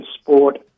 sport